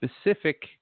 specific